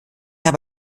habe